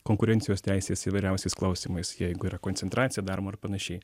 konkurencijos teisės įvairiausiais klausimais jeigu yra koncentracija darbo ar panašiai